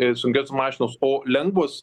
sunkios mašinos o lengvos